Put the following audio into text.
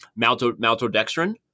maltodextrin